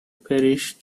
parish